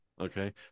okay